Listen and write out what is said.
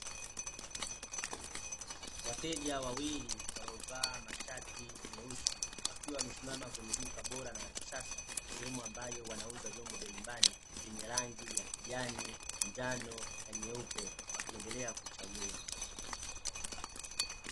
Wateja wawili waliovaa mashati meusi wakiwa wamesimama kwenye duka bora na la kisasa, sehemu ambayo wanauza vyombo vya nyumbani, vyenye rangi ya kijani, njano na nyeupe wakiendelea kuchagua.